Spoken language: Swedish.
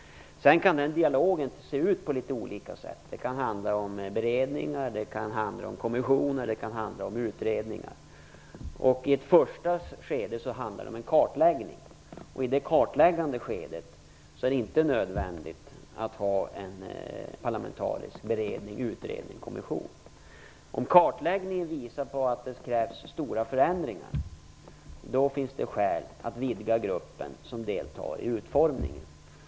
Men den dialogen kan se ut på litet olika sätt. Det kan handla om beredningar, om kommissioner och om utredningar. I ett första skede handlar det om en kartläggning. I det kartläggande skedet är det inte nödvändigt att ha en parlamentarisk beredning, utredning eller kommission. Om kartläggningen visar på att det krävs stora förändringar finns det skäl att vidga den grupp som deltar i utformningen.